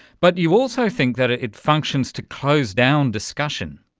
but you also think that it functions to close down discussion.